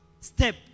step